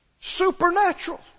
Supernatural